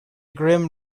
grim